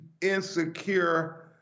insecure